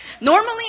normally